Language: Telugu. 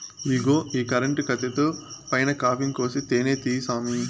ఇగో ఈ కరెంటు కత్తితో పైన కాపింగ్ కోసి తేనే తీయి సామీ